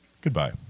Goodbye